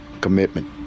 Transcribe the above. commitment